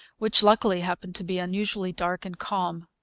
which luckily happened to be unusually dark and calm.